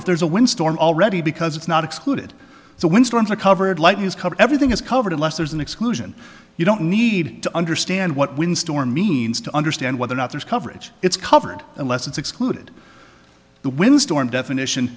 if there's a windstorm already because it's not excluded so when storms are covered lightly is covered everything is covered unless there's an exclusion you don't need to understand what wind storm means to understand whether or not there's coverage it's covered unless it's excluded the windstorm definition